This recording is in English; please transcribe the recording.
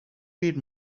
read